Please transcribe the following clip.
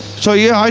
so yeah,